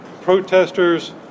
Protesters